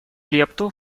лепту